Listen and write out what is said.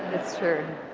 it's true.